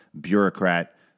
bureaucrat